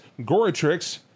Goratrix